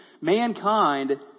mankind